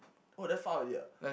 oh that far already ah